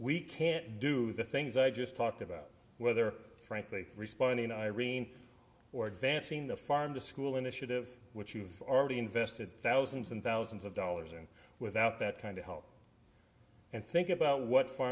we can't do the things i just talked about whether frankly responding irene or advancing the farm to school initiative which you've already invested thousands and thousands of dollars and without that kind of help and think about what for